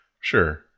sure